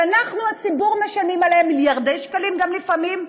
שאנחנו הציבור משלמים עליהם גם מיליארדי שקלים לפעמים,